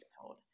told